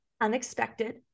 unexpected